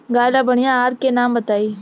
गाय ला बढ़िया आहार के नाम बताई?